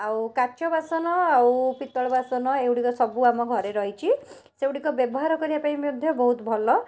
ଆଉ କାଚ ବାସନ ଆଉ ପିତ୍ତଳ ବାସନ ଏଇଗୁଡ଼ିକ ସବୁ ଆମ ଘରେ ରହିଛି ସେଇଗୁଡ଼ିକ ବ୍ୟବହାର କରିବା ପାଇଁ ମଧ୍ୟ ବହୁତ ଭଲ